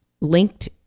linked